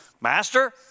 Master